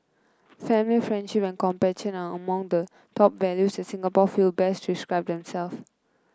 family friendship and compassion are among the top values that Singapore feel best describe them self